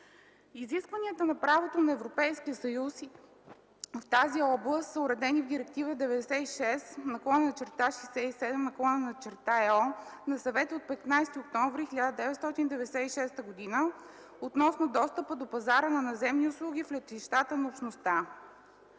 Изискванията на правото на Европейския съюз в тази област са уредени с Директива 96/67/ЕО на Съвета от 15 октомври 1996 г. относно достъпа до пазара на наземни услуги в летищата на Общността.